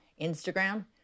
Instagram